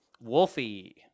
Wolfie